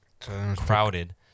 crowded